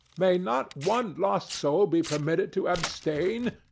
may not one lost soul be permitted to abstain?